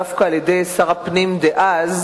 דווקא על-ידי שר הפנים דאז